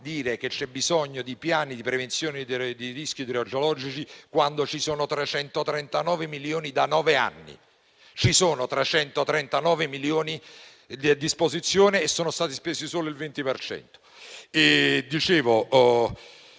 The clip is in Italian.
che c'è bisogno di piani di prevenzione del rischio idrogeologico quando sono a disposizione 339 milioni da nove anni. Ci sono 339 milioni a disposizione e ne è stato speso solo il 20